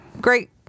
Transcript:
great